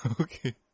Okay